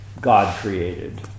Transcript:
God-created